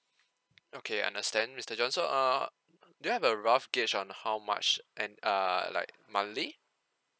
okay understand mister john so uh do have a rough gauge on how much and uh like monthly